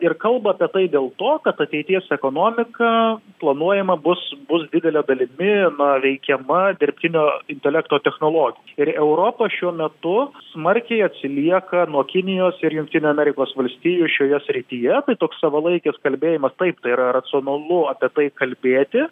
ir kalba apie tai dėl to kad ateities ekonomika planuojama bus bus didele dalimi na veikiama dirbtinio intelekto technologi ir europa šiuo metu smarkiai atsilieka nuo kinijos ir jungtinių amerikos valstijų šioje srityje tai toks savalaikis kalbėjimas taip tai yra racionalu apie tai kalbėti